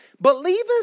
Believest